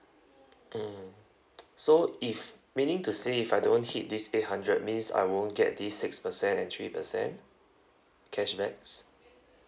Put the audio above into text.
mm so if meaning to say if I don't hit this eight hundred means I won't get this six percent and three percent cashbacks